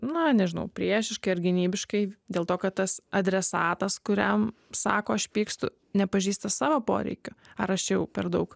na nežinau priešiškai ar gynybiškai dėl to kad tas adresatas kuriam sako aš pykstu nepažįsta savo poreikių ar aš čia jau per daug